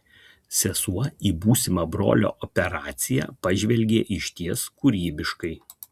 sesuo į būsimą brolio operaciją pažvelgė išties kūrybiškai